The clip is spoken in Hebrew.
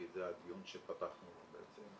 כי זה הדיו שפתחנו בעצם.